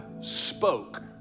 spoke